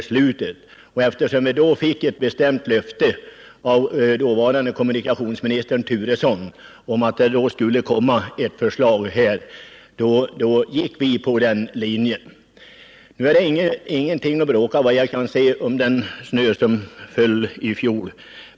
Vi gick på den linjen, eftersom vi också fick ett bestämt löfte av dåvarande kommunikationsministern Turesson att regeringen senare skulle komma med ett förslag. Det finns ingen anledning att bråka om den snö som föll i fjol.